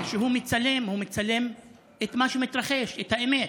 וכשהוא מצלם הוא מצלם את מה שמתרחש, את האמת.